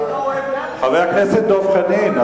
חבר הכנסת דב חנין,